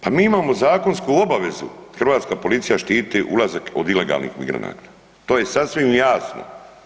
Pa mi imamo zakonsku obavezu, hrvatska policija štiti ulazak od ilegalnih migranata, to je sasvim jasno.